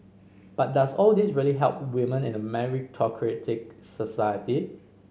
but does all this really help women in a meritocratic society